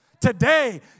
Today